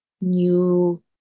new